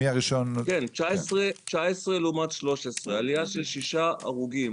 מ-1 --- כן, 19 לעומת 13. עלייה של שישה הרוגים.